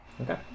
Okay